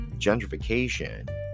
gentrification